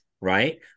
right